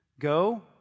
go